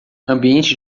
ambiente